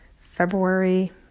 February